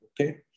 Okay